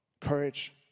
courage